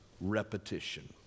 repetition